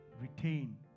retain